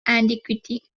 antiquity